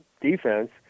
defense